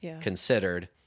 considered